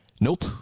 Nope